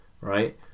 Right